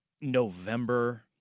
November